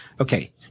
Okay